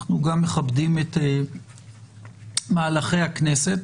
אנחנו גם מכבדים את מהלכי הכנסת.